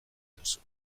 duzu